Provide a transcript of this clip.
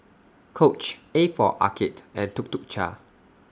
Coach A For Arcade and Tuk Tuk Cha